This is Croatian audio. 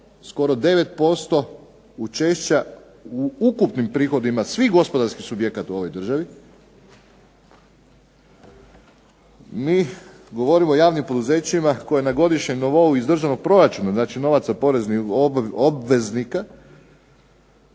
skoro 9% učešća u ukupnim prihodima svih gospodarskih subjekata u ovoj državi, mi govorimo o javnim poduzećima koja na godišnjem nivou iz državnog proračuna, znači novaca poreznih obveznika